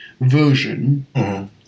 version